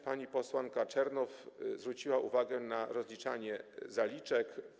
Pani posłanka Czernow zwróciła uwagę na rozliczanie zaliczek.